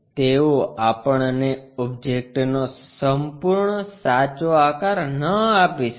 તેઓ આપણને ઓબ્જેક્ટનો સંપૂર્ણ સાચો આકાર ન આપી શકે